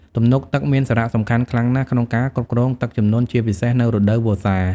ទំនប់ទឹកមានសារៈសំខាន់ខ្លាំងណាស់ក្នុងការគ្រប់គ្រងទឹកជំនន់ ជាពិសេសនៅរដូវវស្សា។